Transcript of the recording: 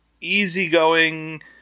easygoing